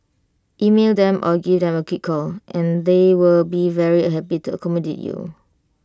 email them or give them A quick call and they will be very happy to accommodate you